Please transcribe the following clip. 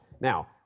Now